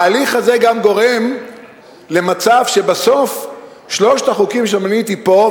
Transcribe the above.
וההליך הזה גם גורם למצב שבסוף שלושת החוקים שמניתי פה,